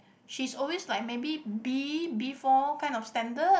she is always like maybe B B four kind of standard